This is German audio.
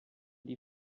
die